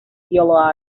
yellow